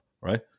Right